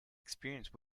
experience